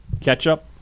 ketchup